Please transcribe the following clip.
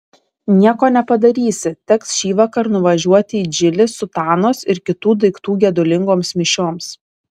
nieko nepadarysi teks šįvakar nuvažiuoti į džilį sutanos ir kitų daiktų gedulingoms mišioms